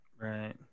Right